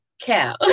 cow